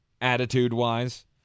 attitude-wise